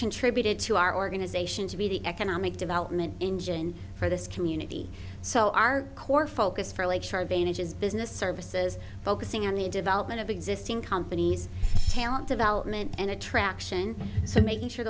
contributed to our organization to be the economic development engine for this community so our core focus fairly sure bandages business services focusing on the development of existing companies talent development and attraction so making sure